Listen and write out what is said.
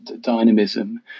dynamism